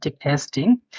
testing